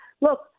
look